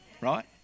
right